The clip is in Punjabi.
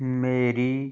ਮੇਰੀ